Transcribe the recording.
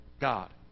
God